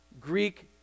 Greek